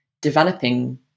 developing